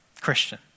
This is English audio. Christian